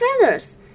feathers